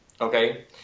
Okay